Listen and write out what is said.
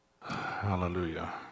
Hallelujah